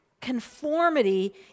conformity